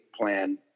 plan